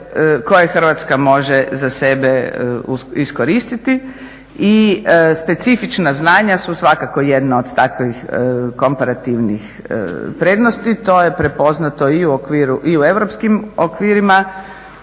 koje Hrvatska može za sebe iskoristiti i specifična znanja su svakako jedna od takvih komparativnih prednosti. To je prepoznato i u europskim okvirima